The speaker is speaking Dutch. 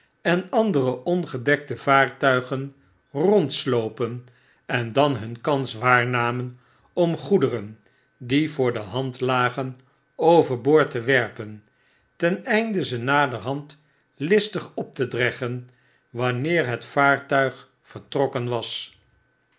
en andere ongedekte vaartuigen rondslopen en dan hun kans waarnamen om goederen die voor de hand lagen over boord te werpen ten einde ze naderhand listigopte dreggen wanneer het vaarttfig vertrokken was